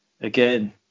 again